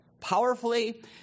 powerfully